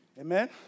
Amen